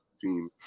team